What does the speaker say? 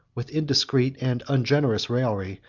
with indiscreet and ungenerous raillery,